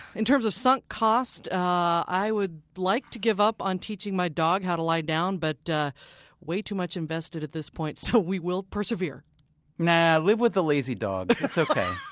in terms of sunk costs, i would like to give up on teaching my dog how to lie down, but way too much invested at this point, so we will persevere nah, live with the lazy dog. it's ok.